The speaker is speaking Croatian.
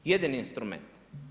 Jedini instrument.